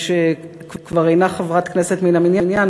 שכבר אינה חברת כנסת מן המניין,